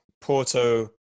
Porto